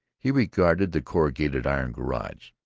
he regarded the corrugated iron garage.